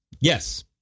Yes